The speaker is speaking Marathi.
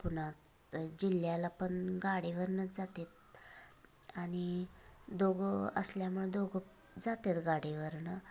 पुन्हा जिल्ह्याला पण गाडीवरनंच जातात आणि दोघं असल्यामुळं दोघं जातात गाडीवरनं